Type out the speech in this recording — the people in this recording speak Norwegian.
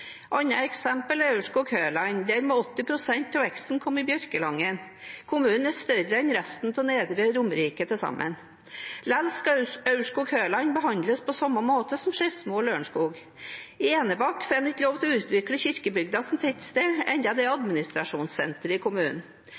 annet eksempel er Aurskog-Høland. Der må 80 pst. av veksten komme i Bjørkelangen. Kommunen er større enn resten av Nedre Romerike til sammen, likevel skal Aurskog-Høland behandles på samme måte som Skedsmo og Lørenskog. I Enebakk får en ikke lov til å utvikle Kirkebygda som tettsted, enda det er administrasjonssenteret i